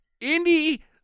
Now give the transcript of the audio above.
Indy